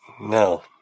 No